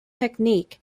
technique